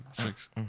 six